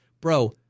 Bro